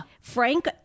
Frank